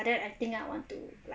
but then I think I want to like